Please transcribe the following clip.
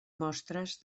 mostres